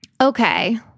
Okay